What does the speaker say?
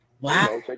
Wow